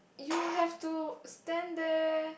you have to stand there